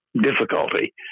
difficulty